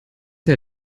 der